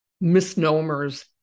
misnomers